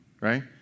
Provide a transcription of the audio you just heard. right